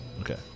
Okay